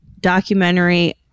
documentary